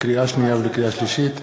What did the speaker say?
לקריאה שנייה ולקריאה שלישית: